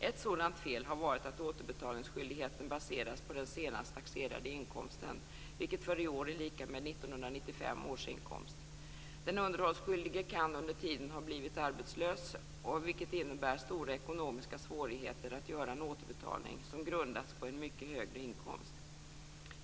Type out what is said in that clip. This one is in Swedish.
Ett sådant fel har varit att återbetalningsskyldigheten baserats på den senast taxerade inkomsten, vilket för i år är 1995 års inkomst. Den underhållsskyldige kan under tiden ha blivit arbetslös, vilket innebär stora ekonomiska svårigheter att göra en återbetalning som grundats på en mycket högre inkomst.